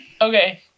Okay